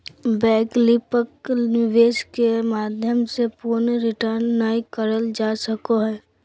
वैकल्पिक निवेश के माध्यम से पूर्ण रिटर्न नय करल जा सको हय